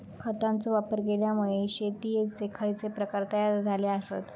खतांचे वापर केल्यामुळे शेतीयेचे खैचे प्रकार तयार झाले आसत?